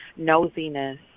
nosiness